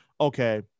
okay